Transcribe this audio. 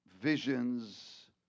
visions